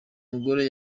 mugore